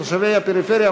תושבי הפריפריה,